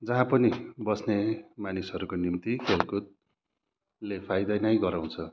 जहाँ पनि बस्ने मानिसहरूको निम्ति खेलकुदले फाइदा नै गराउँछ